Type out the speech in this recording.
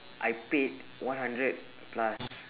I paid one hundred plus